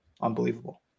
Unbelievable